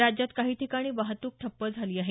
राज्यात काही ठिकाणी वाहतूक ठप्प झाली आहे